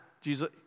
Jesus